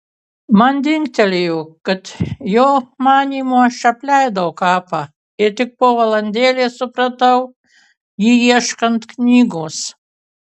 man dingtelėjo kad jo manymu aš apleidau kapą ir tik po valandėlės supratau jį ieškant knygos